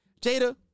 Jada